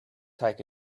take